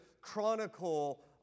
chronicle